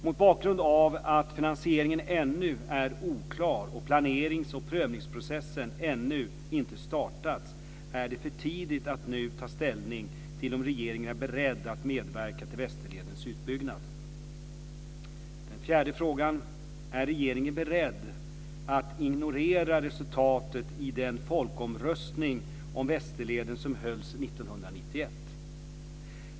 Mot bakgrund av att finansieringen ännu är oklar och planerings och prövningsprocessen ännu inte startats är det för tidigt att nu ta ställning till om regeringen är beredd att medverka till 4. Är regeringen beredd att ignorera resultatet i den folkomröstning om Västerleden som hölls 1991?